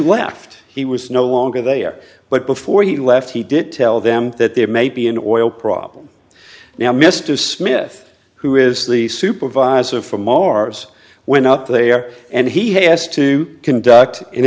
left he was no longer there but before he left he did tell them that there may be an oil problem now mr smith who is the supervisor from mars went out there and he has to conduct an